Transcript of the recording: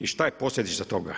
I šta je posljedica toga?